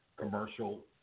commercial